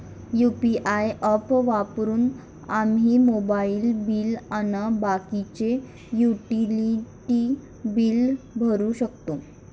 UPI app वापरून आम्ही mobile bill अन बाकीचे युटिलिटी बिल भरू शकतो